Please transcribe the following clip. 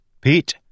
Pete